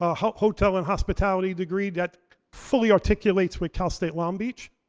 ah hotel and hospitality degree that fully articulates with cal state long beach.